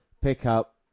pickup